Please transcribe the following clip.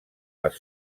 les